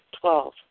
Twelve